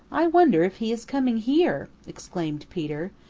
i wonder if he is coming here, exclaimed peter.